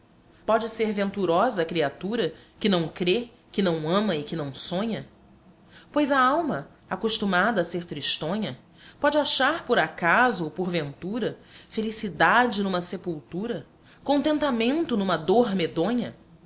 pode ser venturosa a criatura que não crê que não ama e que não sonha pois a alma acostumada a ser tristonha pode achar por acaso ou porventura felicidade numa sepultura contentamento numa dor medonha